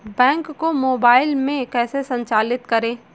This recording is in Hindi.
बैंक को मोबाइल में कैसे संचालित करें?